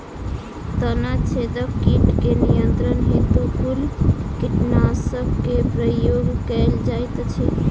तना छेदक कीट केँ नियंत्रण हेतु कुन कीटनासक केँ प्रयोग कैल जाइत अछि?